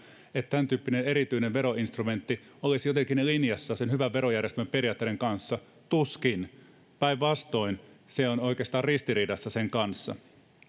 että tämäntyyppinen erityinen veroinstrumentti olisi jotenkin linjassa hyvän verojärjestelmän periaatteiden kanssa tuskin päinvastoin se on oikeastaan ristiriidassa niiden kanssa